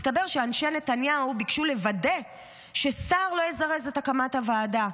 מסתבר שאנשי נתניהו ביקשו לוודא שסער לא יזרז את הקמת הוועדה,